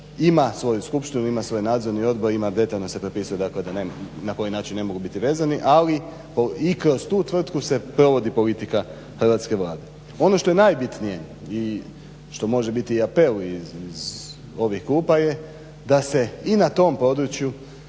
ima svoju skupštinu, ima svoj nadzorni odbor ima detaljno se propisuje na koji način ne mogu biti vezani ali i kroz tu tvrtku se provodi politika Hrvatske Vlade. Ono što je najbitnije i što može biti i apel iz ovih klupa je da se i na tom području,